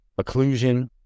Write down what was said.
occlusion